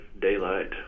daylight